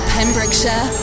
Pembrokeshire